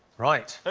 right. so